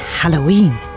Halloween